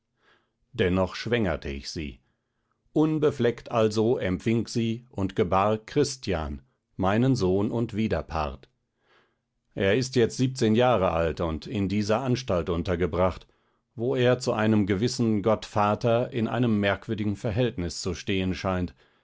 dennoch schwängerte ich sie unbefleckt also empfing sie und gebar christian meinen sohn und widerpart er ist jetzt siebzehn jahre alt und in dieser anstalt untergebracht wo er zu einem gewissen gottvater in einem merkwürdigen verhältnis zu stehen scheint